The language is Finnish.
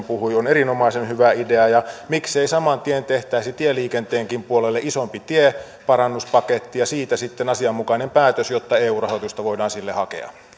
puhui on erinomaisen hyvä idea ja miksei saman tien tehtäisi tieliikenteenkin puolelle isompi tienparannuspaketti ja siitä sitten asianmukainen päätös jotta eu rahoitusta voidaan sille hakea